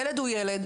ילד הוא ילד,